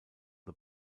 the